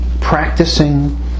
practicing